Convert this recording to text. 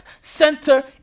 center